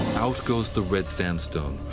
out goes the red sandstone,